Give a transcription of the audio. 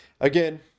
again